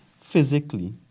physically